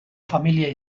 familia